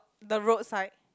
the road side